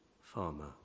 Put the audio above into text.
farmer